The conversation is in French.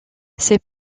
ses